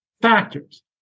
factors